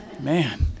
Man